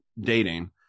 dating